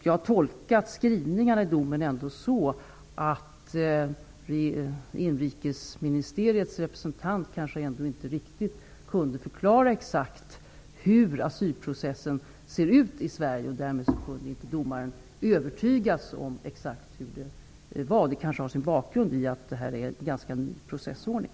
Jag har tolkat skrivningarna i domen ändå så, att det brittiska inrikesministeriets representant inte riktigt kunde förklara hur asylprocessen exakt ser ut i Sverige. Därmed kunde inte domaren övertygas. Detta kanske har sin bakgrund i att det är en ganska ny processordning.